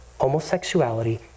Homosexuality